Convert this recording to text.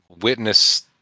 witness